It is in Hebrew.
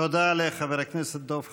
תודה לחבר הכנסת דב חנין.